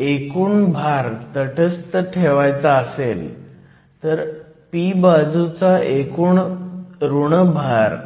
तर एकूण भार तटस्थ ठेवायचा असेल तर p बाजूचा एकूण ऋण भार